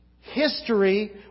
History